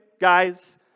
guys